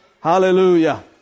Hallelujah